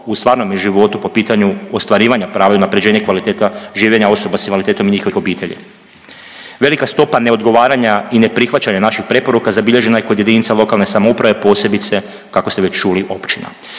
u stvarnome životu po pitanju ostvarivanja prava i unapređenje kvaliteta življenja osoba s invaliditetom i njihovih obitelji. Velika stopa neodgovaranja i neprihvaćanja naših preporuka zabilježena je kod jedinica lokalne samouprave, posebice kako ste već čuli općina